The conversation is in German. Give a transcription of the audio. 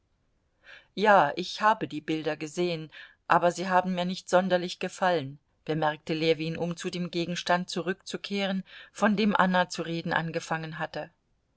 ja ich habe die bilder gesehen aber sie haben mir nicht sonderlich gefallen bemerkte ljewin um zu dem gegenstand zurückzukehren von dem anna zu reden angefangen hatte